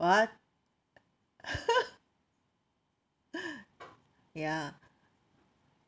what ya